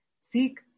Seek